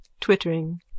Twittering